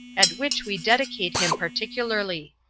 at which we dedicate him particularly.